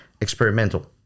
experimental